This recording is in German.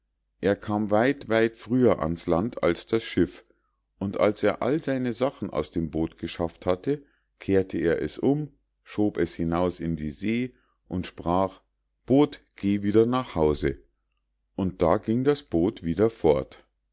er kam weit weit früher ans land als das schiff und als er all seine sachen aus dem boot geschafft hatte kehrte er es um schob es hinaus in die see und sprach boot geh wieder nach hause und da ging das boot wieder fort